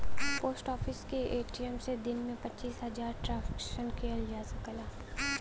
post office के ATM से दिन में पचीस हजार ट्रांसक्शन किहल जा सकला